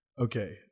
Okay